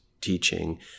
teaching